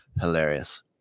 Hilarious